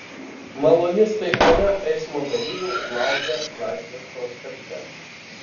maloni staigmena eismo dalyvių laukia laisvės prospekte